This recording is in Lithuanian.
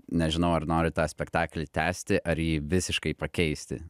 nežinau ar nori tą spektaklį tęsti ar jį visiškai pakeisti